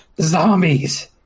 Zombies